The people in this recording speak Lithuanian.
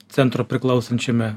centro priklausančiame